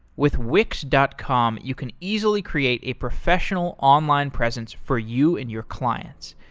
with wix dot com, you can easily create a professional online presence for you and your clients.